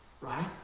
right